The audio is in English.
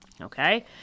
Okay